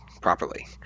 properly